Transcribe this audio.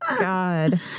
God